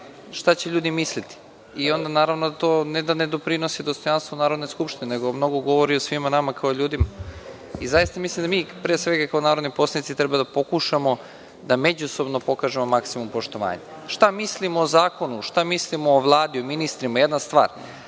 šta će ljudi misliti? Onda naravno to ne da ne doprinosi dostojanstvu Narodne skupštine, nego mnogo govori o svima nama kao ljudima. Zaista mislim da mi, pre svega kao narodni poslanici, treba da pokušamo da međusobno pokažemo maskimum poštovanja. Šta mislimo o zakonu, šta mislimo o Vladi, o ministrima je jedna stvar,